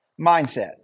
mindset